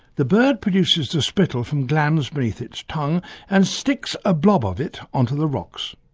the bird produces the spittle from glands beneath its tongue and sticks a blob of it onto the rocks.